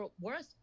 Worse